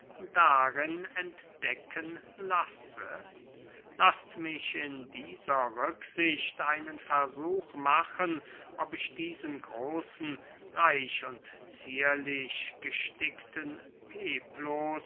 darin entdecken lasse laßt mich in dieser rücksicht einen versuch machen ob ich diesen großen reich und zierlich gestickten peplos